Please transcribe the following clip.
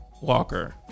Walker